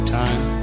time